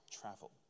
travel